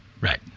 Right